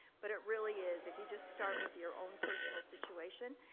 but it really is, if you just start with your own personal situation,